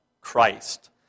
Christ